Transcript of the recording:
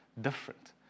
different